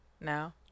now